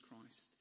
Christ